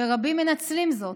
ורבים מנצלים זאת.